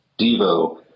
Devo